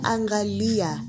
Angalia